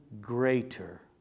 greater